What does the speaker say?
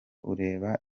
ureba